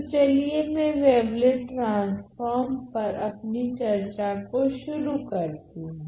तो चलिए मैं वेवलेट ट्रांसफोर्म पर अपनी चर्चा को शुरू करती हूँ